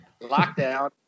Lockdown